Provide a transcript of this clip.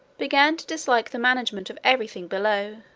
began to dislike the management of every thing below,